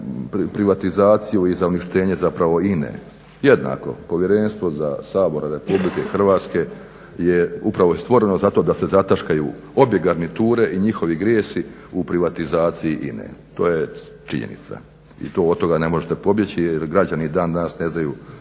za privatizaciju i za uništenje zapravo INA-e. Jednako, Povjerenstvo Sabora RH je upravo stvoreno zato da se zataškaju obje garniture i njihovi grijesi u privatizaciji INA-e. To je činjenica i od toga ne možete pobjeći jer građani i dan danas ne znaju